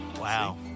Wow